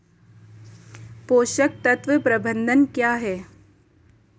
पोषक तत्व प्रबंधन क्या है?